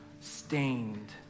stained